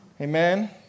Amen